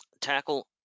tackle